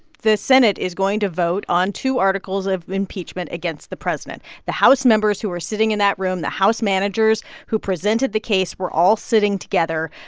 the senate is going to vote on two articles of impeachment against the president. the house members who are sitting in that room, the house managers who presented the case were all sitting together.